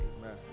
Amen